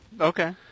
Okay